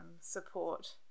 support